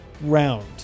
Round